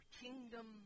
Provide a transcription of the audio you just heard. kingdom